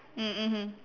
mm mmhmm